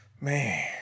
Man